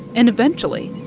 and eventually,